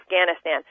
Afghanistan